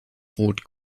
rot